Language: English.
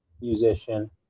musician